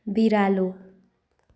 बिरालो